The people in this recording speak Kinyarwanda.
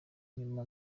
nyuma